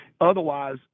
otherwise